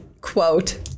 quote